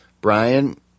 Brian